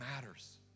matters